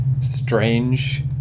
strange